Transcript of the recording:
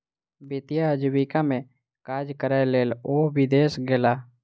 वित्तीय आजीविका में काज करैक लेल ओ विदेश गेला